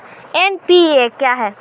NPA क्या हैं?